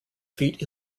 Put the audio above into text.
feet